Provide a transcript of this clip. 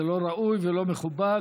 זה לא ראוי ולא מכובד.